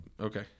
Okay